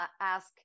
ask